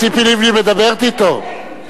ציפי לבני מדברת אתו.